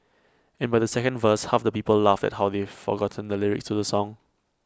and by the second verse half the people laughed at how they forgotten the lyrics to the song